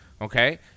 Okay